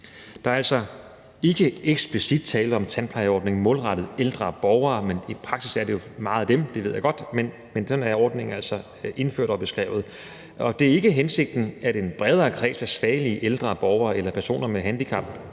Der er altså ikke eksplicit tale om en tandplejeordning målrettet ældre borgere – i praksis er det jo ofte dem, det ved jeg godt – men sådan er ordningen altså indført og beskrevet. Det er ikke hensigten, at en bredere kreds af svagelige ældre borgere eller personer med handicap,